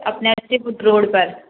अपने अस्सी foot road पर